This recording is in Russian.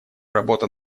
работа